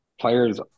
Players